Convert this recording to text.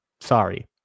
Sorry